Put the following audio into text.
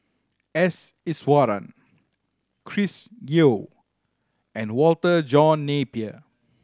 S Iswaran Chris Yeo and Walter John Napier